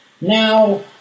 now